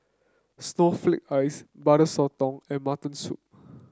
Snowflake Ice Butter Sotong and Mutton Soup